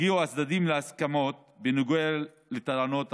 הגיעו הצדדים להסכמות בנוגע לטענות הפסיכולוגים.